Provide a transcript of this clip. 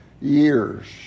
years